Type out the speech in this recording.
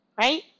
Right